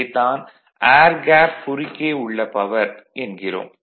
இதைத் தான் air gap குறுக்கே உள்ள பவர் என்கிறோம்